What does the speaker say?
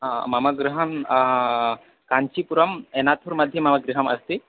मम गृहं काञ्चिपुरम् एनात्तूर् मध्ये मम गृहम् अस्ति